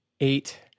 eight